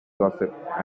gossip